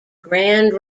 grand